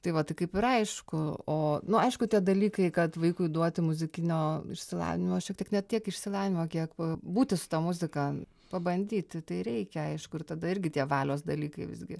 tai va tai kaip ir aišku o nu aišku tie dalykai kad vaikui duoti muzikinio išsilavinimo šiek tiek ne tiek išsilavinimo kiek pabūti su ta muzika pabandyti tai reikia aišku ir tada irgi tie valios dalykai visgi